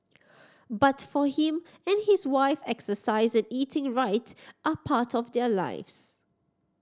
but for him and his wife exercise and eating right are part of their lives